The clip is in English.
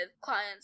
clients